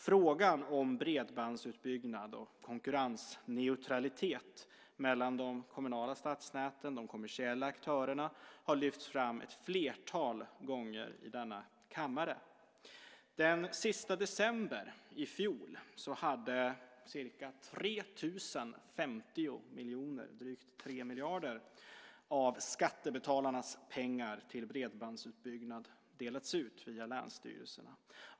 Frågan om bredbandsutbyggnad och konkurrensneutralitet mellan de kommunala stadsnäten och de kommersiella aktörerna har lyfts fram ett flertal gånger i denna kammare. Den sista december i fjol hade ca 3 050 miljoner, drygt 3 miljarder, av skattebetalarnas pengar till bredbandsutbyggnad delats ut via länsstyrelserna.